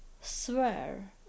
Swear